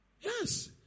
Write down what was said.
Yes